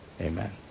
Amen